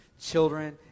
children